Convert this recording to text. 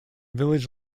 village